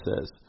says